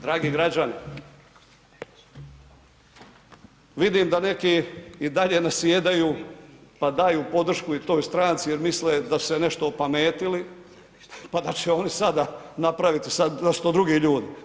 Dragi građani, vidim da neki i dalje nasjedaju, pa daju podršku i toj stranci jer misle da su se nešto opametili, pa da će oni sada napraviti sad, da su to drugi ljudi.